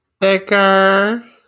Thicker